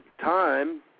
time